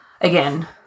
again